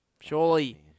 Surely